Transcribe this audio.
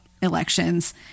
elections